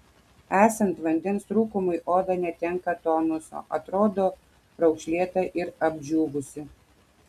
esant vandens trūkumui oda netenka tonuso atrodo raukšlėta ir apdžiūvusi